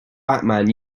batman